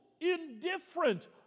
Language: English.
indifferent